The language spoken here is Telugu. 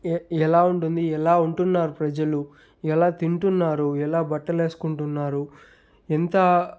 ఎ ఎలా ఉంటుంది ఎలా ఉంటున్నారు ప్రజలు ఎలా తింటున్నారు ఎలా బట్టలు ఏసుకుంటున్నారు ఎంత